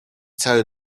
cały